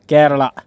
Kerala